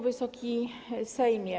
Wysoki Sejmie!